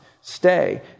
stay